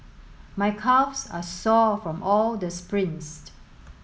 my calves are sore from all the sprints